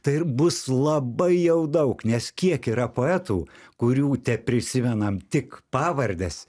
tai ir bus labai jau daug nes kiek yra poetų kurių teprisimenam tik pavardes